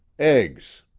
eggs.